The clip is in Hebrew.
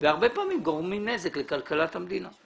והרבה פעמים גורמים נזק לכלכלת המדינה.